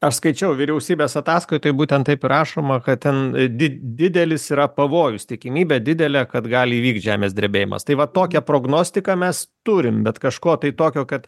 aš skaičiau vyriausybės ataskaitoj būtent taip ir rašoma kad ten did didelis yra pavojus tikimybė didelė kad gali įvykt žemės drebėjimas tai vat tokią prognostiką mes turim bet kažko tai tokio kad